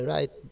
Right